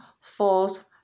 false